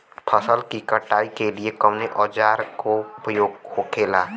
फसल की कटाई के लिए कवने औजार को उपयोग हो खेला?